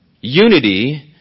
unity